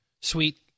sweet